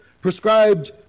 prescribed